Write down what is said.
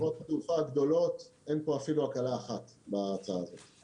לחברות התעופה הגדולות אין פה אפילו הקלה אחת בהצעה הזאת.